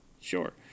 Sure